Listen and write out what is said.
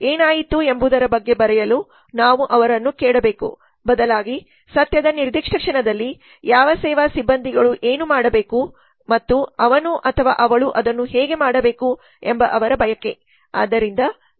ಏನಾಯಿತು ಎಂಬುದರ ಬಗ್ಗೆ ಬರೆಯಲು ನಾವು ಅವರನ್ನು ಕೇಳಬೇಕು ಬದಲಾಗಿ ಸತ್ಯದ ನಿರ್ದಿಷ್ಟ ಕ್ಷಣದಲ್ಲಿ ಯಾವ ಸೇವಾ ಸಿಬ್ಬಂದಿಗಳು ಏನು ಮಾಡಬೇಕು ಮತ್ತು ಅವನು ಅಥವಾ ಅವಳು ಅದನ್ನು ಹೇಗೆ ಮಾಡಬೇಕು ಎಂಬ ಅವರ ಬಯಕೆ